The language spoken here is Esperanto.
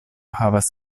havas